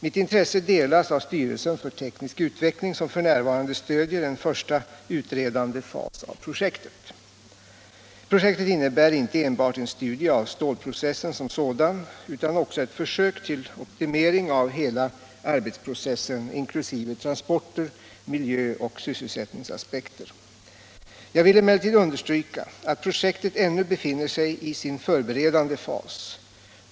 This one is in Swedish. Mitt intresse delas av styrelsen för teknisk utveckling som f.n. stödjer en första utredande fas av projektet. Projektet innebär inte enbart en studie av stålprocessen som sådan utan också ett försök till optimering av hela arbetsprocessen, inkl. transporter, miljö och sysselsättningsaspekter. Jag vill emellertid understryka att projektet ännu befinner sig i sin förberedande fas.